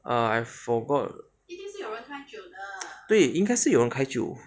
err I forgot 对应该是有人开酒